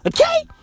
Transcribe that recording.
Okay